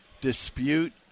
dispute